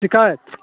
शिकायत